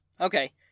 Okay